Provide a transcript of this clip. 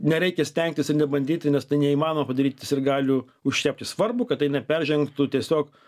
nereikia stengtis ir nebandyti nes tai neįmanoma padaryti sirgalių užčiaupti svarbu kad tai neperžengtų tiesiog